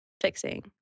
fixing